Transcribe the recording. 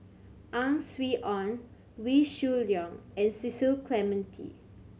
Ang Swee Aun Wee Shoo Leong and Cecil Clementi